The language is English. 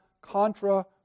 Contra